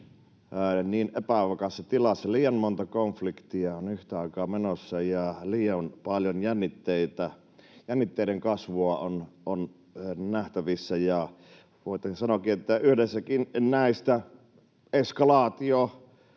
on epävakaassa tilassa. Liian monta konfliktia on yhtä aikaa menossa, ja liian paljon jännitteiden kasvua on nähtävissä. Voitaisiin sanoakin, että yhdessäkin näistä eskalaatio